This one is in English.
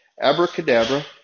Abracadabra